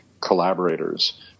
collaborators